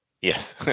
Yes